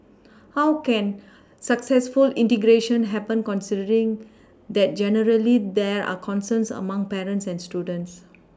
how can successful integration happen considering that generally there are concerns among parents and students